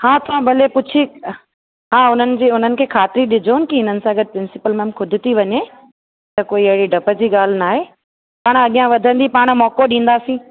हा तव्हां भले पुछी ह हा उन्हनि जी उन्हनि खे ख़ातरी ॾिजो की हिननि सां गॾु प्रिंसिपल मैम खुदि थी वञे त कोई अहिड़ी ॾप जी ॻाल्हि न आहे पाण अॻियां वधंदी पाण मौक़ो ॾिंदासीं